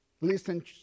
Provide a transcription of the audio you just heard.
listen